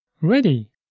Ready